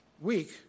week